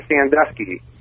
Sandusky